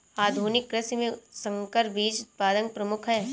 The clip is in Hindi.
आधुनिक कृषि में संकर बीज उत्पादन प्रमुख है